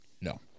No